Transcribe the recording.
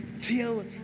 till